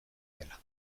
dela